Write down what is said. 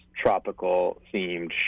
tropical-themed